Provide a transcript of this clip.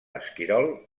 esquirol